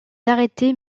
arrêtés